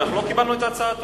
אנחנו לא קיבלנו את הצעתו.